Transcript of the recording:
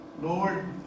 Lord